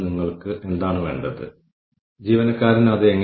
അതിനാൽ ഇത് സമതുലിതമായ സ്കോർകാർഡിന്റെ ഒരു ഉദാഹരണമാണ്